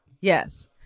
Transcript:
yes